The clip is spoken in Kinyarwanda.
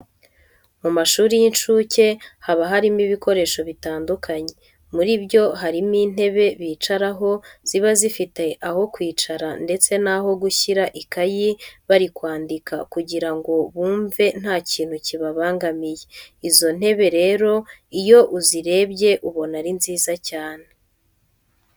Mu mashuri y'incuke haba harimo ibikoresho bitandukanye. Muri byo harimo intebe bicaraho ziba zifite aho kwicara ndetse n'aho gushyira ikayi bari kwandika kugira ngo bumve nta kintu kibabangamiye. Izo ntebe rero iyo uzireba ubona ari nziza cyane.